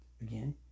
again